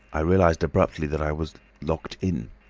i realised abruptly that i was locked in.